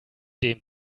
dem